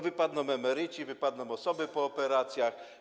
Wypadną emeryci, wypadną osoby po operacjach.